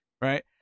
right